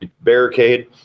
Barricade